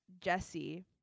Jesse